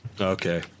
Okay